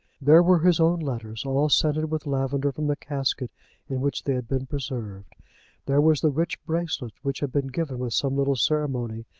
there were his own letters, all scented with lavender from the casket in which they had been preserved there was the rich bracelet which had been given with some little ceremony,